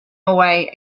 away